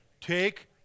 Take